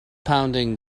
pounding